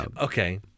Okay